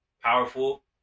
powerful